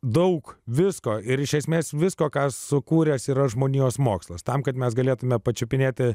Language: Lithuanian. daug visko ir iš esmės visko ką sukūręs yra žmonijos mokslas tam kad mes galėtumėme pačiupinėti